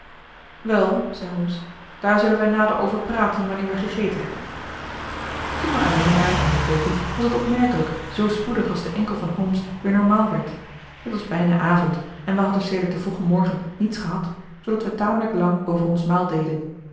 wel zei holmes daar zullen wij nader over praten wanneer wij gegeten hebben toen wij alleen waren in de keuken was het opmerkelijk zoo spoedig als de enkel van holmes weer normaal werd het was bijna avond en wij hadden sedert den vroegen morgen niets gehad zoodat wij tamelijk lang over ons